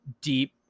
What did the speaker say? deep